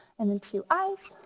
and and two eyes.